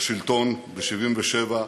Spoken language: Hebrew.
לשלטון ב-1977,